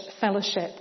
fellowship